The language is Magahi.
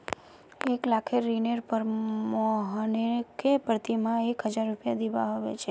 एक लाखेर ऋनेर पर मोहनके प्रति माह एक हजार रुपया दीबा ह छेक